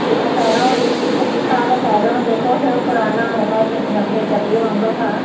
जेको पहिरियों कुझु सालु पहिरियों जेको हुओ पुराना मोबाइल हिकु नंढे दॿे वांगुरु हुआ